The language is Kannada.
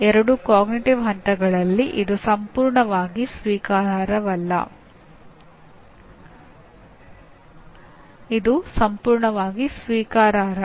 ಎರಡೂ ಅರಿವಿನ ಹಂತಗಳಲ್ಲಿ ಇದು ಸಂಪೂರ್ಣವಾಗಿ ಸ್ವೀಕಾರಾರ್ಹ